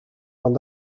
van